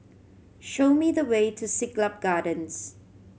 show me the way to Siglap Gardens